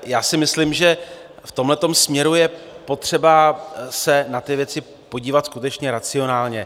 Já si myslím, že v tomhle směru je potřeba se na ty věci podívat skutečně racionálně.